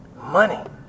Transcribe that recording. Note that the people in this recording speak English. Money